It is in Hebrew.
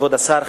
כבוד השר,